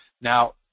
Now